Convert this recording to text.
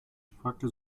fragte